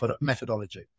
methodology